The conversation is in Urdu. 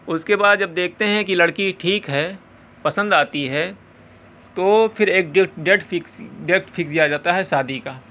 اس کے بعد جب دیکھتے ہیں کہ لڑکی ٹھیک ہے پسند آتی ہے تو پھر ایک ڈیڈ ڈیٹ فکس ڈیٹ فکس کیا جاتا ہے شادی کا